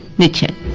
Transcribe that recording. niche and